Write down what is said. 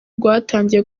rwatangiye